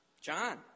John